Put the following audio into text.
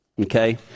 Okay